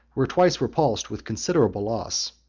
were twice repulsed with considerable loss.